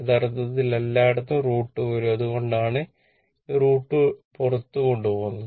യഥാർത്ഥത്തിൽ എല്ലായിടത്തും √2 വരും അതുകൊണ്ടാണ് ഈ √2 പുറത്ത് കൊണ്ടുപോകുന്നത്